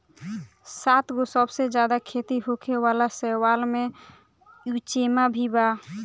सातगो सबसे ज्यादा खेती होखे वाला शैवाल में युचेमा भी बा